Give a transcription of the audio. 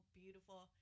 beautiful